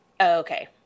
okay